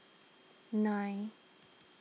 nine